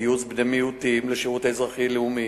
גיוס בני מיעוטים לשירות האזרחי-הלאומי,